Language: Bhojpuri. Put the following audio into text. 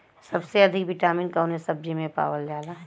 सबसे अधिक विटामिन कवने सब्जी में पावल जाला?